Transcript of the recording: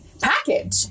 package